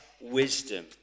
wisdom